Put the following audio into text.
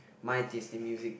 my taste in music